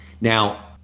Now